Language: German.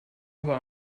war